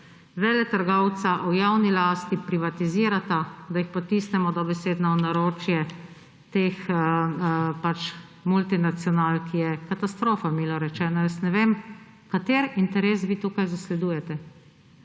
veletrgovca v javni lasti privatizirata, da ju dobesedno potisnemo v naročje teh multinacionalk, je katastrofa, milo rečeno. Jaz ne vem, kateri interes vi tukaj zasledujete.